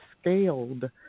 scaled